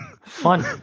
fun